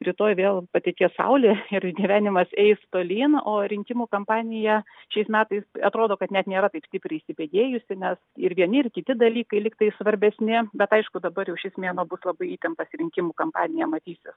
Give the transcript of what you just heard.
rytoj vėl patekės saulė ir gyvenimas eis tolyn o rinkimų kampanija šiais metais atrodo kad net nėra taip stipriai įsibėgėjusi nes ir vieni ir kiti dalykai lyg tai svarbesni bet aišku dabar jau šis mėnuo bus labai įtemptas ir rinkimų kampanija matysis